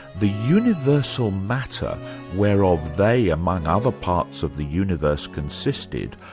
the universal matter whereof they among other parts of the universe consisted,